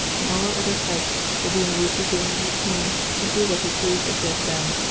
and all our other fiefs, will be immediately given to the king to do what he pleases with them.